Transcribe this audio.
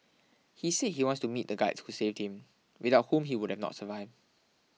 he say he wants to meet the guides who saved him without whom he would not survived